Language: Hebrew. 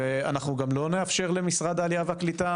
ואנחנו גם לא נאפשר למשרד העלייה והקליטה